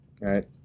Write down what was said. right